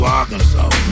Arkansas